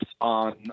on